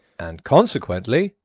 and consequently,